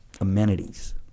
amenities